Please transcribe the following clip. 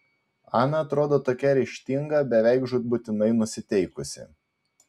ana atrodo tokia ryžtinga beveik žūtbūtinai nusiteikusi